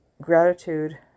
gratitude